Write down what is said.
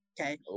Okay